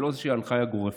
ולא איזושהי הנחיה גורפת.